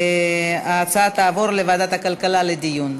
ההצעה תעבור לוועדת הכלכלה לדיון.